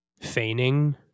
feigning